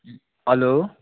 hello